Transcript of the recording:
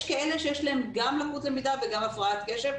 יש כאלה שיש להם גם לקות למידה וגם הפרעת קשב,